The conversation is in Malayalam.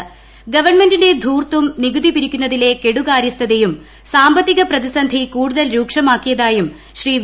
സതീശനാണ് ഗവൺമെന്റിന്റെ ധൂർത്തും നികുതി പിരിക്കുന്നതിലെ കെടുകാര്യസ്ഥതയും സാമ്പത്തിക പ്രതിസന്ധി കൂടുതൽ രൂക്ഷമാക്കിയതായും ശ്രീ വി